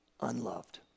unloved